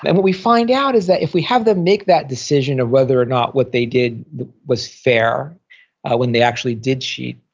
and what we find out is that if we have them make that decision of whether or not what they did was fair when they actually did cheat,